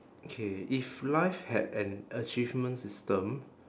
okay if life had an achievement system